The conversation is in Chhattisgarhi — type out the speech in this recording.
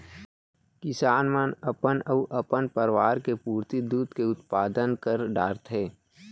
किसान मन अपन अउ अपन परवार के पुरती दूद के उत्पादन कर डारथें